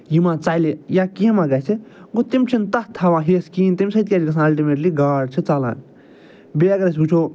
یہِ ما ژلہِ یا کیٚنٛہہ ما گَژھِ گوٚو تِم چھِنہٕ تتھ تھاوان ہٮ۪س کِہیٖنۍ تَمہِ سۭتۍ کیٛاہ چھُ گَژھان الٹِمیٹلی گاڈ چھِ ژلان بیٚیہِ اگر أسی وٕچھو